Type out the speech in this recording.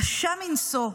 קשה מנשוא,